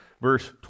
Verse